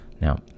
Now